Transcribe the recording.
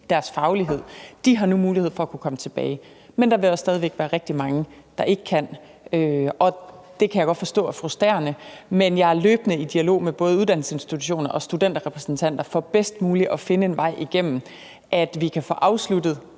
deres faglighed. Og de har nu mulighed for at komme tilbage. Men der vil også stadig væk være rigtig mange, der ikke kan, og det kan jeg godt forstå er frustrerende, men jeg er løbende i dialog med både uddannelsesinstitutioner og studenterrepræsentanter for bedst muligt at finde en vej igennem det, så vi kan få afsluttet